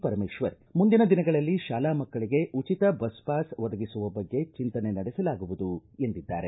ಪರಮೇಶ್ವರ ಮುಂದಿನ ದಿನಗಳಲ್ಲಿ ಶಾಲಾ ಮಕ್ಕಳಿಗೆ ಉಚಿತ ಬಸ್ ಪಾಸ್ ಒದಗಿಸುವ ಬಗ್ಗೆ ಚಿಂತನೆ ನಡೆಸಲಾಗುವುದು ಎಂದಿದ್ದಾರೆ